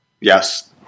Yes